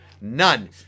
None